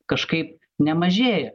kažkaip nemažėja